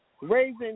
Raising